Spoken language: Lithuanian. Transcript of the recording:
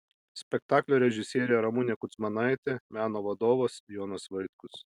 spektaklio režisierė ramunė kudzmanaitė meno vadovas jonas vaitkus